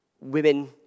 women